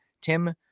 Tim